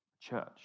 church